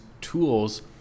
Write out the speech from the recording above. tools